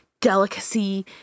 delicacy